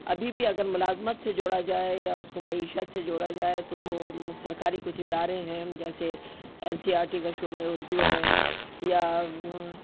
ابھی بھی اگر ملازمت سے جوڑا جائے یا اس کو معیشت سے جوڑا جائے تو سرکاری کچھ ادارے ہیں جیسے این سی آر ٹی کا شعبہ ہے اردو ہے یا